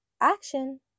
action